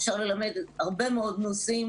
אפשר ללמד הרבה מאוד נושאים